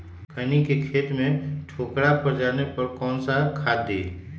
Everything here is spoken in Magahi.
खैनी के खेत में ठोकरा पर जाने पर कौन सा खाद दी?